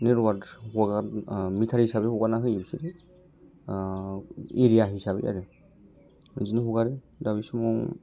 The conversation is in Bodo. नेटवार्क हगार मिटार हिसाबै हगारनानै होयो बिसोरो एरिया हिसाबै आरो बिदिनो हगारो दा बे समाव